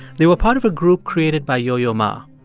they were part of a group created by yo-yo ma.